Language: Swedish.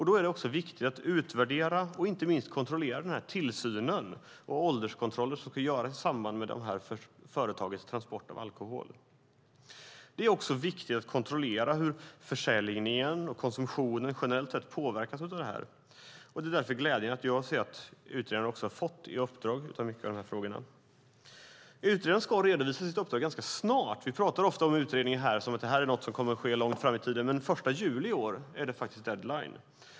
Då är det viktigt att utvärdera och inte minst kontrollera den tillsyn och ålderskontroll som ska göras i samband med dessa företags transport av alkohol. Det är också viktigt att kontrollera hur försäljningen och konsumtionen generellt sett påverkas av detta. Det är därför glädjande att utredaren har fått i uppdrag att titta på många av dessa frågor. Utredaren ska redovisa sitt uppdrag ganska snart. Vi talar ofta om utredningen som något som ligger långt fram i tiden, men den 1 juli i år är det deadline.